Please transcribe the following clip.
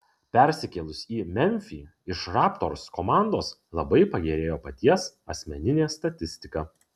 persikėlus į memfį iš raptors komandos labai pagerėjo paties asmeninė statistika